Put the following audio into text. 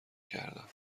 کردم